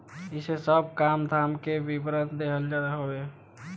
इमे सब काम धाम के विवरण देहल जात हवे